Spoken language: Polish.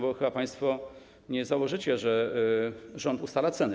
Bo chyba państwo nie założycie, że rząd ustala ceny?